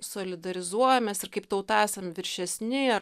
solidarizuojamės ir kaip tauta esam viršesni ir